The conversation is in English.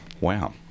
Wow